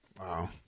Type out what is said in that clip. Wow